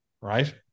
Right